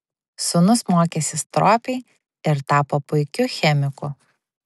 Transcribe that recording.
sūnus mokėsi stropiai ir tapo puikiu chemiku